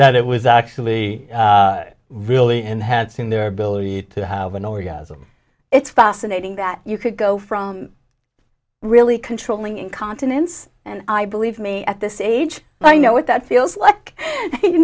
that it was actually really enhancing their ability to have an orgasm it's fascinating that you could go from really controlling incontinence and i believe me at this age i know what that feels like you